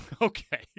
Okay